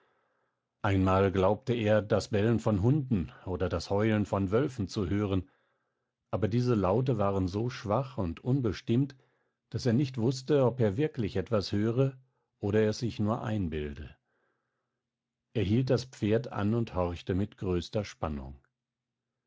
einmal glaubte er das bellen von hunden oder das heulen von wölfen zu hören aber diese laute waren so schwach und unbestimmt daß er nicht wußte ob er wirklich etwas höre oder es sich nur einbilde er hielt das pferd an und horchte mit größter spannung